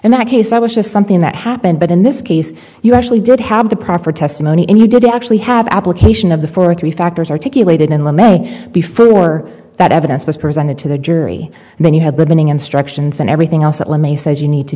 and that case i was just something that happened but in this case you actually did have the proper testimony and you didn't actually have application of the four three factors articulated in law before that evidence was presented to the jury and then you have been instructions and everything else that let me says you need to